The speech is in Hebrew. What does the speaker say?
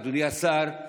אדוני השר,